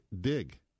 dig